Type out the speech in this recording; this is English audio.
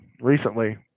recently